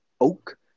Oak